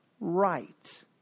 right